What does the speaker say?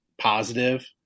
positive